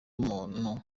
umuntu